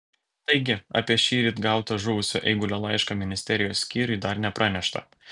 taigi apie šįryt gautą žuvusio eigulio laišką ministerijos skyriui dar nepranešta